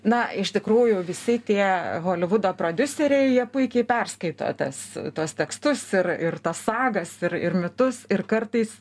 na iš tikrųjų visi tie holivudo prodiuseriai jie puikiai perskaito tas tuos tekstus ir ir tas sagas ir ir mitus ir kartais